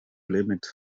limit